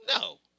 No